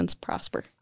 prosper